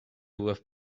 with